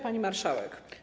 Pani Marszałek!